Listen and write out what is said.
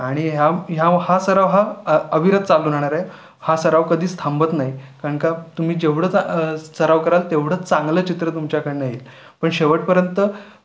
आणि ह्या ह्यांव हा सराव हा अ अविरत चालू राहणार आहे हा सराव कधीच थांबत नाही कारण का तुम्ही जेवढं चा सराव कराल तेवढा चांगलं चित्र तुमच्याकडनं येईल पण शेवटपर्यंत